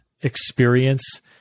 experience